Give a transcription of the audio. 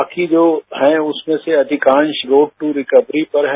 बाकी जो हैं उसमें से अधिकांश लोग भी रिकेवरी पर हैं